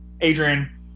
Adrian